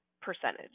percentage